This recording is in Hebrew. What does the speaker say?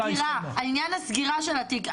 על עניין הסגירה, על עניין הסגירה של התיק.